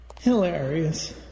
Hilarious